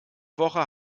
woche